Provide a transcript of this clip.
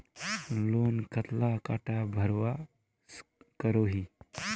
Loan कतला टाका भरवा करोही?